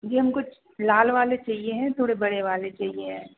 जी हमकोच लाल वाले चाहिए हैं थोड़े बड़े वाले चाहिए हैं